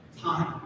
time